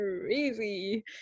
crazy